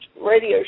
radio